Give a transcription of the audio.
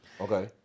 Okay